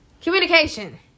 communication